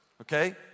Okay